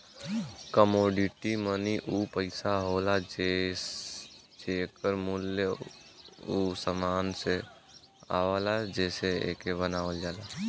commodity money उ पइसा होला जेकर मूल्य उ समान से आवला जेसे एके बनावल जाला